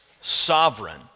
sovereign